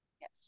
Yes